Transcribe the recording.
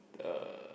uh